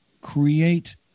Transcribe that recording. create